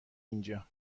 اینجا